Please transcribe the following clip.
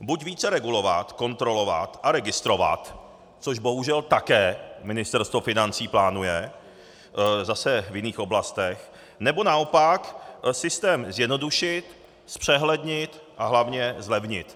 Buď více regulovat, kontrolovat a registrovat, což bohužel také Ministerstvo financí plánuje zase v jiných oblastech, nebo naopak systém zjednodušit, zpřehlednit a hlavně zlevnit.